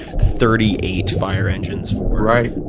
thirty eight fire engines for. right.